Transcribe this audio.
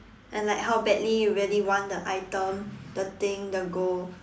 and like how badly you really want the item the thing the goal